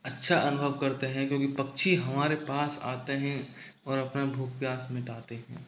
अच्छा अनुभव करते हैं क्योंकि पक्षी हमारे पास आते हैं और अपना भूख प्यास मिटाते हैं